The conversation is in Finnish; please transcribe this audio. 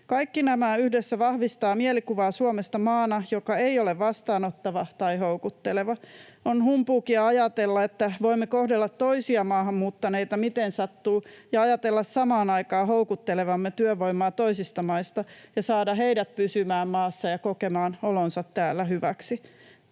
Kaikki nämä yhdessä vahvistavat mielikuvaa Suomesta maana, joka ei ole vastaanottava tai houkutteleva. On humpuukia ajatella, että voimme kohdella toisia maahanmuuttaneita miten sattuu ja ajatella samaan aikaan houkuttelevamme työvoimaa toisista maista ja saada heidät pysymään maassa ja kokemaan olonsa täällä hyväksi.